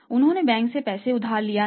उन्होंने बैंक से पैसा उधार लिया है